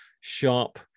sharp